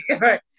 right